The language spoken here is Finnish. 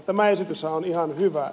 tämä esityshän on ihan hyvä